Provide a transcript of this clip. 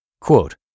Quote